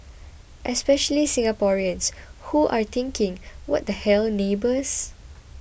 especially Singaporeans who are thinking what the hell neighbours